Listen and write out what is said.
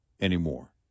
anymore